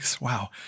wow